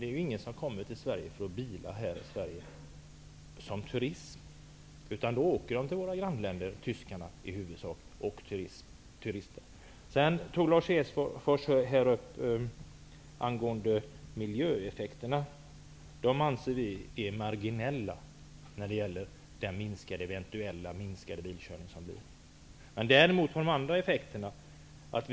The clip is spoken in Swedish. Det är ingen som kommer till Sverige för att bila här som turist. I huvudsak åker tyskarna till våra grannländer och turistar. Lars Bäckström tog upp miljöeffekterna. Dem anser vi vara marginella med anledning av den eventuellt minskade bilkörningen. Däremot har bensinskatten andra effekter.